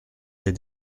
est